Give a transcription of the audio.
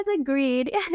agreed